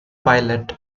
pilot